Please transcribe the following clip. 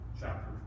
chapter